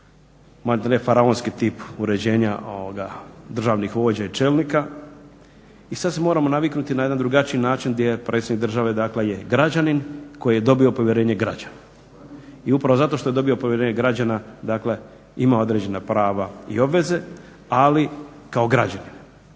okružuju faraonski tip uređenja državnih vođa i čelnika i sad se moramo naviknuti na jedan drugačiji način gdje predsjednik države dakle je građanin koji je dobio povjerenje građana. I upravo zato što je dobio povjerenje građana dakle ima određena prava i obveze, ali kao građanin.